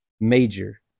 Major